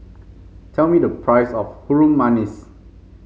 tell me the price of Harum Manis